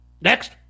next